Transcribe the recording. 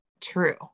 true